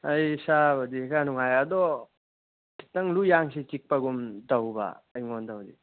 ꯑꯩ ꯏꯁꯥꯕꯨꯗꯤ ꯈꯔ ꯅꯨꯡꯉꯥꯏꯔꯦ ꯑꯗꯣ ꯈꯤꯇꯪ ꯂꯨ ꯌꯥꯡꯁꯤ ꯆꯤꯛꯄꯒꯨꯝ ꯇꯧꯕꯥ ꯑꯩꯉꯣꯟꯗ ꯍꯧꯖꯤꯛ